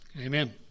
Amen